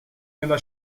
nella